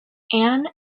anne